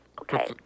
okay